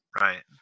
Right